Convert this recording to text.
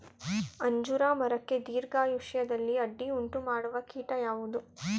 ಅಂಜೂರ ಮರಕ್ಕೆ ದೀರ್ಘಾಯುಷ್ಯದಲ್ಲಿ ಅಡ್ಡಿ ಉಂಟು ಮಾಡುವ ಕೀಟ ಯಾವುದು?